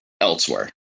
elsewhere